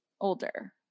Older